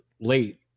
late